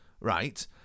right